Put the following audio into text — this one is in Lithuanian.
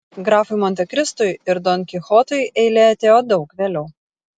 grafui montekristui ir don kichotui eilė atėjo daug vėliau